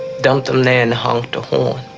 dumped him there and honked the horn.